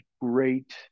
great